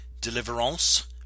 Deliverance